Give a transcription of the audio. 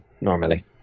normally